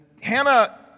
hannah